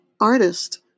artist